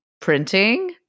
printing